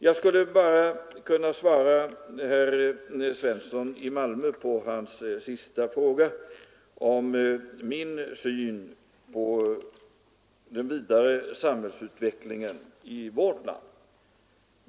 Jag skulle bara kunna svara herr Svensson i Malmö på hans sista fråga om min syn på den vidare samhällsutvecklingen i vårt land.